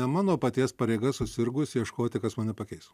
mano paties pareiga susirgus ieškoti kas mane pakeis